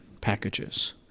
packages